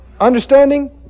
understanding